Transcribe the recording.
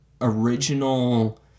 original